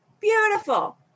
Beautiful